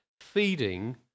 feeding